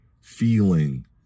feeling